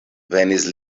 venis